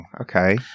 okay